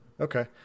Okay